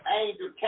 angel